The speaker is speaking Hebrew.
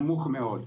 נמוך מאוד.